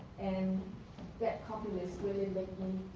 and that compliments make me